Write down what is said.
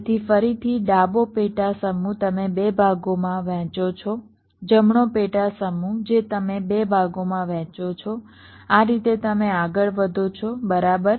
તેથી ફરીથી ડાબો પેટા સમૂહ તમે 2 ભાગોમાં વહેંચો છો જમણો પેટા સમૂહ જે તમે 2 ભાગોમાં વહેંચો છો આ રીતે તમે આગળ વધો છો બરાબર